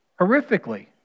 horrifically